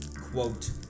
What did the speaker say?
quote